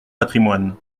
patrimoine